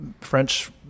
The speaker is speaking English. French